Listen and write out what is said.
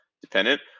dependent